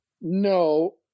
no